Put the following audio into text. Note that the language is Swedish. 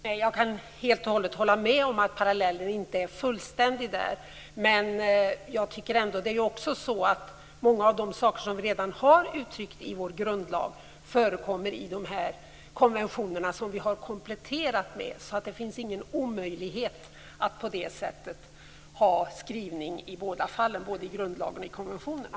Herr talman! Jag kan helt hålla med om att parallellen inte är fullständig, men många av de saker som vi redan har uttryckt i vår grundlag förekommer i de konventioner som vi har kompletterat med. Det är alltså inte omöjligt att ha samma skrivning både i grundlagen och i konventionerna.